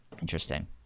Interesting